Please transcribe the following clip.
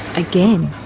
again.